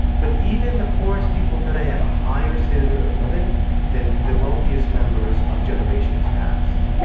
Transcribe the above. but even the poorest people today have a higher standard of living than the wealthiest members of generations past.